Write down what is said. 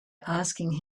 asking